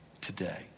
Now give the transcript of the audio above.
today